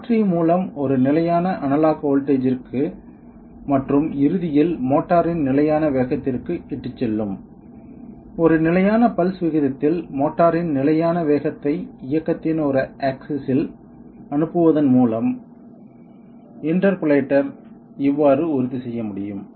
மாற்றி மூலம் ஒரு நிலையான அனலாக் வோல்ட்டேஜ்ற்கு மற்றும் இறுதியில் மோட்டாரின் நிலையான வேகத்திற்கு இட்டுச் செல்லும் ஒரு நிலையான பல்ஸ் விகிதத்தில் மோட்டாரின் நிலையான வேகத்தை இயக்கத்தின் ஒரு ஆக்சிஸ் இல் அனுப்புவதன் மூலம் இண்டர்போலேட்டர் இவ்வாறு உறுதிசெய்ய முடியும்